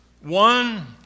One